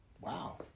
Wow